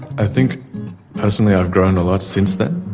i think personally i've grown a lot since then.